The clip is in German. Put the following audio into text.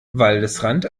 waldesrand